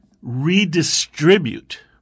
redistribute